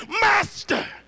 Master